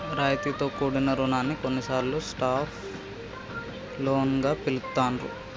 రాయితీతో కూడిన రుణాన్ని కొన్నిసార్లు సాఫ్ట్ లోన్ గా పిలుత్తాండ్రు